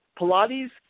Pilates